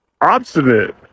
obstinate